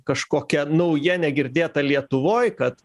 kažkokia nauja negirdėta lietuvoj kad